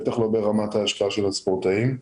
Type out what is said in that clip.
בטח לא ברמת ההשקעה של הספורטאים.